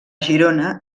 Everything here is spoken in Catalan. girona